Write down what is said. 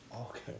Okay